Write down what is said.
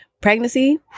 Pregnancy